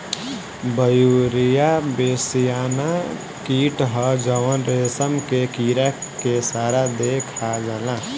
Beauveria bassiana कीट ह जवन रेशम के कीड़ा के सारा देह खा जाला